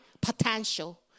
Potential